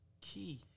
Key